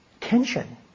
tension